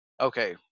okay